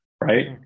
right